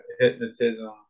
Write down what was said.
hypnotism